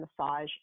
massage